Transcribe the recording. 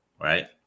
right